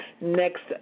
next